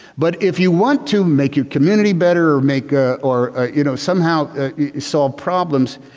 but if you want to make your community better or make ah or you know, somehow solve problems,